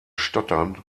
stottern